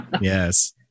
yes